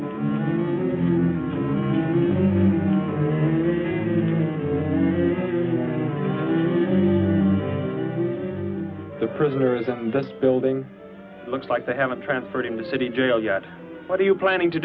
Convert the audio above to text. not the prisoners in this building looks like they haven't transferred in the city jail yet what are you planning to